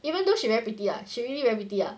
even though she very pretty ah she really very pretty ah